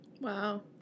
Wow